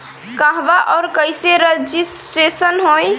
कहवा और कईसे रजिटेशन होई?